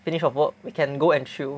finish your work we can go and chill